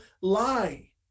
lie